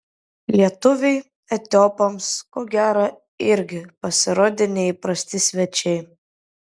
lietuviai etiopams ko gero irgi pasirodė neįprasti svečiai